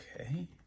okay